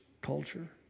culture